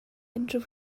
unrhyw